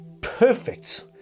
perfect